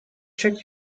check